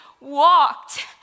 walked